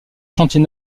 chantier